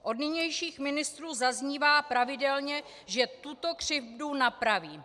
Od nynějších ministrů zaznívá pravidelně, že tuto křivdu napraví.